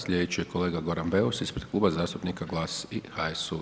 Sljedeći je kolega Goran Beus, ispred Kluba zastupa GLAS i HSU.